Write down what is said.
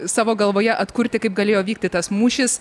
savo galvoje atkurti kaip galėjo vykti tas mūšis